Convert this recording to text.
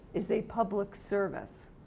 is a public service.